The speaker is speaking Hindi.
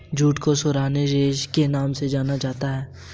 जूट को सुनहरे रेशे के नाम से जाना जाता है